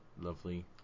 lovely